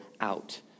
out